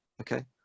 okay